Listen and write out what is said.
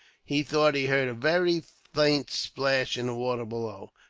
he thought he heard a very faint splash in the water below.